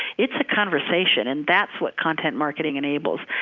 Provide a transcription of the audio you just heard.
it's a conversation, and that's what content marketing enables.